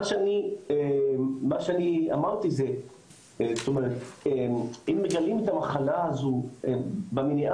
מה שאני אמרתי זה שאם מגלים את המחלה הזו במניעה,